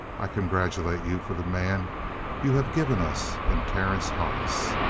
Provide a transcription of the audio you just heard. i congratulate you for the man you have given us in terence hollis.